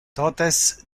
totes